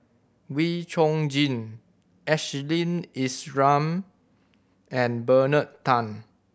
Wee Chong Jin Ashley Isham and Bernard Tan